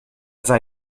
sei